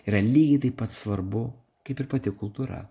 yra lygiai taip pat svarbu kaip ir pati kultūra